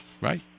right